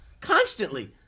Constantly